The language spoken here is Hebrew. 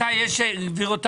בירושלים.